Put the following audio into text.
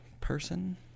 person